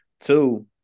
Two